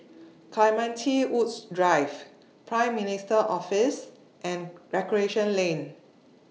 Clementi Woods Drive Prime Minister's Office and Recreation Lane